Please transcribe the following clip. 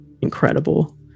Incredible